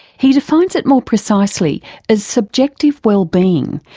he defines it more precisely as subjective wellbeing,